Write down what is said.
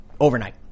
overnight